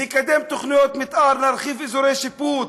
ונקדם תוכניות מתאר, נרחיב אזורי שיפוט.